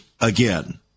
again